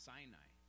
Sinai